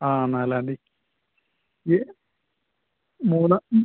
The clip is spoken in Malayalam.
ആ നാലാം തീയതി യെ മൂന്ന് ഉം